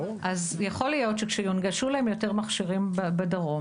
אז יכול להיות שכשיונגשו להם יותר מכשירים בדרום,